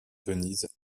venise